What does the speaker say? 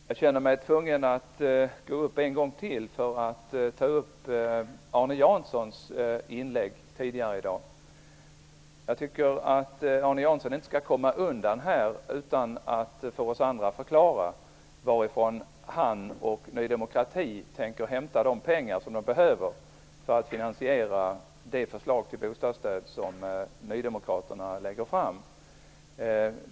Herr talman! Jag känner mig tvungen att gå upp i talarstolen en gång till för att bemöta Arne Jag tycker inte att Arne Jansson skall komma undan utan att förklara för oss andra varifrån han och Ny demokrati tänker hämta de pengar som de behöver för att finansiera det förslag till bostadsstöd som de har lagt fram.